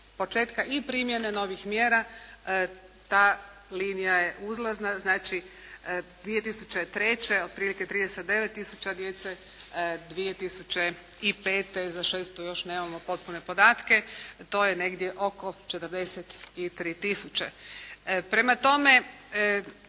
i primjene novih mjera ta linija je uzlazna. Znači, 2003. otprilike 39 tisuća djece, 2005., za šestu još nemamo potpune podatke, to je negdje oko 43 tisuće. Prema tome,